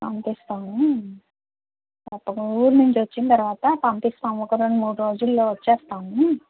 పంపిస్తాము తప్పక ఊరు నుంచి వచ్చిన తర్వాత పంపిస్తాము ఒక రెండు మూడు రోజుల్లో వచ్చేస్తాము